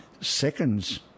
seconds